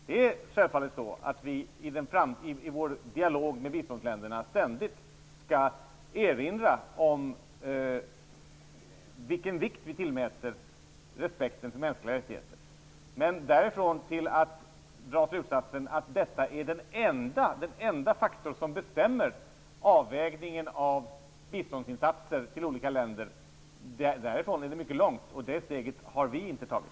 Vi måste självfallet i vår dialog med biståndsländerna ständigt erinra om vilken vikt vi tillmäter respekten för mänskliga rättigheter, men därifrån till att dra slutsatsen att detta är den enda faktor som bestämmer avvägningen av biståndsinsatser till olika länder är steget mycket långt, och det steget har vi inte tagit.